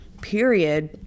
period